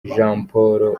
jamporo